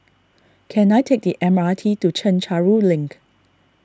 can I take the M R T to Chencharu Link